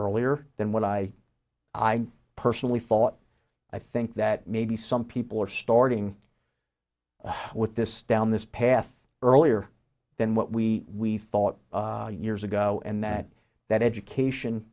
earlier than what i i personally thought i think that maybe some people are starting with this down this path earlier than what we we thought years ago and that that education